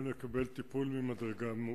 אתם.